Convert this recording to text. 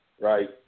right